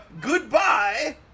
Goodbye